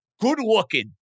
good-looking